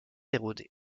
érodé